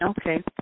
Okay